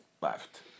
Left